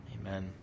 Amen